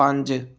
ਪੰਜ